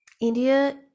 India